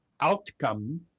outcome